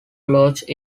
launched